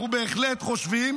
אנחנו בהחלט חושבים